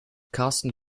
karsten